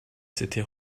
s’était